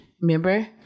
Remember